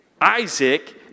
Isaac